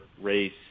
race